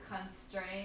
constraint